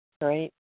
Great